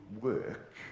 work